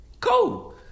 Cool